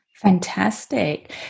Fantastic